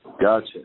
Gotcha